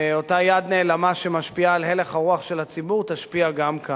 ואותה יד נעלמה שמשפיעה על הלך הרוח של הציבור תשפיע גם כאן.